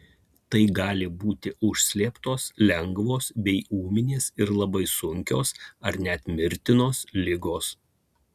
tai gali būti užslėptos lengvos bei ūminės ir labai sunkios ar net mirtinos ligos